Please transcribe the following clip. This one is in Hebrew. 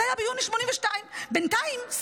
זה היה ביוני 1982. בינתיים,